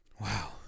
Wow